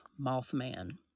Mothman